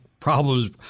problems